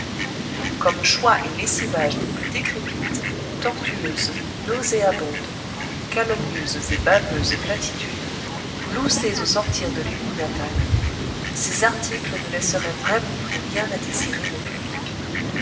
comme choix et lessivage des plus décrépites tortueuses nauséabondes calomnieuses et baveuses platitudes gloussées au sortir de l'égoût natal ces articles ne laisseraient vraiment plus rien à désirer au public